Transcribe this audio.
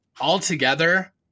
altogether